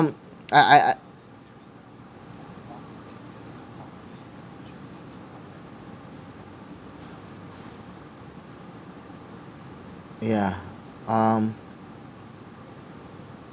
um I I I yeah um